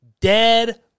dead